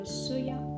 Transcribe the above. soya